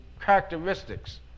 characteristics